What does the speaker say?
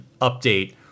update